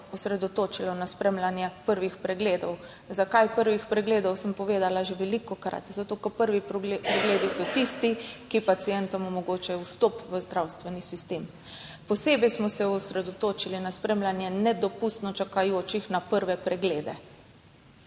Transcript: osredotočilo na spremljanje prvih pregledov. Zakaj prvih pregledov, sem povedala že velikokrat, zato ker prvi pregledi so tisti, ki pacientom omogočajo vstop v zdravstveni sistem. Posebej smo se osredotočili na spremljanje nedopustno čakajočih na prve preglede.